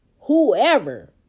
whoever